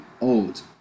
old